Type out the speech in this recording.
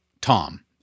Tom